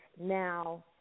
now